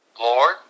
Lord